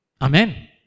Amen